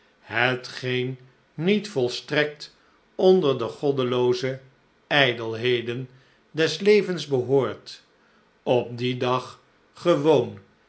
hetgeen niet volstrekt onder de goddelooze ijdelheden des levens behoort op dien dag gewoon